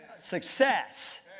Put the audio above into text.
Success